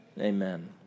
Amen